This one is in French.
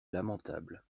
lamentable